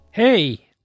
Hey